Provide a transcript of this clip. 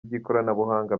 by’ikoranabuhanga